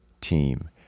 team